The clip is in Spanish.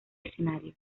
escenario